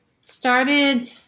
started